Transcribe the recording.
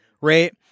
right